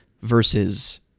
versus